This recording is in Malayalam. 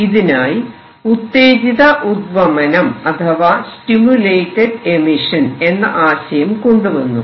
ഇതിനായി ഉത്തേജിത ഉദ്വമനം അഥവാ സ്റ്റിമുലേറ്റഡ് എമിഷൻ എന്ന ആശയം കൊണ്ടുവന്നു